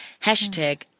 Hashtag